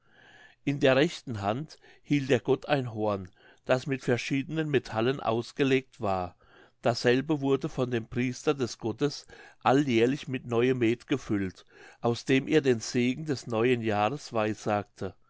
in der rechten hand hielt der gott ein horn das mit verschiedenen metallen ausgelegt war dasselbe wurde von dem priester des gottes alljährlich mit neuem meth gefüllt aus dem er den segen des neuen jahres